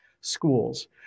schools